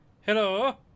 Hello